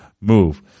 move